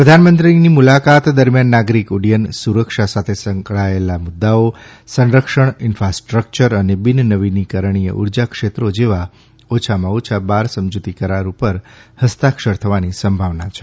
પ્રધાનમંત્રીની મુલાકાત દરમ્યાન નાગરિક ઉડ્ડયન સુરક્ષા સાથે જોડાયેલા મુદ્દાઓ સંરક્ષણ ઇન્ફાસ્ટ્રક્ચર અને બિન નવીનીકરણીય ઉર્જા ક્ષેત્રો જેવા ઓછામાં ઓછા બાર સમજૂતી કરાર ઉપર હસ્તાક્ષર થવાની સંભાવના છે